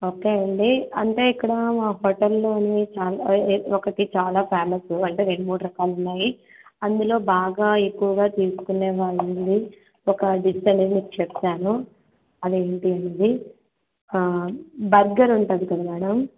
okay అండి అంటే ఇక్కడ మా హోటల్లో అన్నీ చాలా ఏ ఏ ఒకటి చాలా ఫేమసు అంటే రెండు మూడు రకాలు ఉ న్నాయి అందులో బాగా ఎక్కువగా తీసుకునే వాళ్ళది ఒక డిష్ అనేది మీకు చెప్తాను అది ఏంటి అనేది బర్గర్ ఉంటుంది కదా మ్యాడమ్